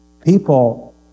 people